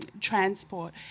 transport